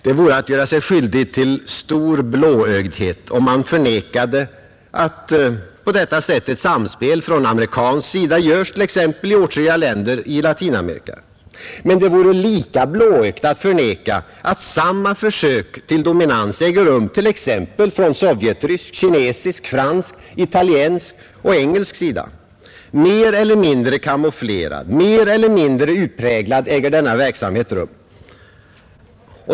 Det vore att göra sig skyldig till stor blåögdhet, om man förnekade att på detta sätt ett samspel från amerikansk sida görs t.ex. i åtskilliga länder i Latinamerika. Men det vore lika blåögt att förneka att samma försök till dominans görs från t.ex. sovjetrysk, kinesisk, fransk, italiensk och engelsk sida. Mer eller mindre kamouflerad, mer eller mindre utpräglad äger denna verksamhet rum.